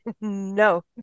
no